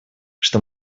что